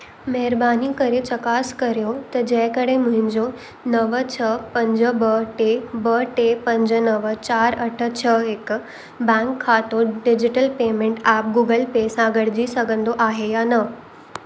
महिरबानी करे चकासि करियो त जेकॾहिं मुंहिंजो नव छह पंज ॿ टे ॿ टे पंज नव चारि अठ छह हिकु बैंक खातो digital payment app Google Pay सां गॾिजी सघंदो आहे या न